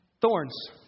thorns